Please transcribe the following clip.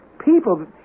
people